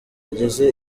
ageze